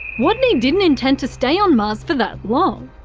watney didn't intend to stay on mars for that long.